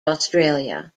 australia